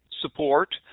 support